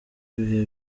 ibihe